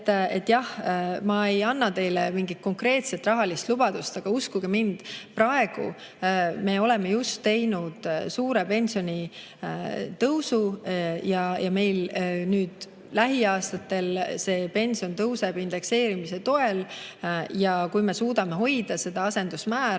ma ei anna teile mingit konkreetset rahalist lubadust. Aga uskuge mind, praegu me oleme just teinud suure pensionitõusu ja nüüd lähiaastatel pension tõuseb indekseerimise toel. Ja kui me suudame hoida seda asendusmäära,